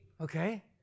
Okay